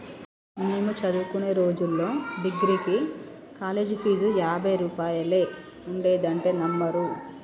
మేము చదువుకునే రోజుల్లో డిగ్రీకి కాలేజీ ఫీజు యాభై రూపాయలే ఉండేదంటే నమ్మరు